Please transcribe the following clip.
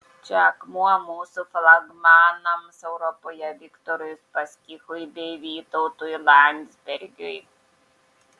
čia akmuo mūsų flagmanams europoje viktorui uspaskichui bei vytautui landsbergiui